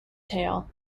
tail